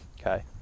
Okay